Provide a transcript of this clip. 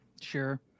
Sure